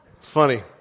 funny